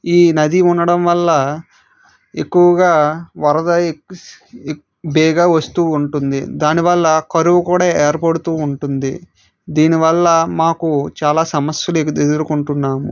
ఈ నది ఉండడం వల్ల ఎక్కువగా వరద బేగ వస్తు ఉంటుంది దాని వల్ల కరువు కూడా ఏర్పడుతు ఉంటుంది దీనివల్ల మాకు చాలా సమస్యలు ఎదురు ఎదురుకుంటున్నాము